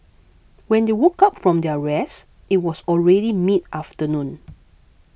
when they woke up from their rest it was already mid afternoon